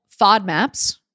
FODMAPs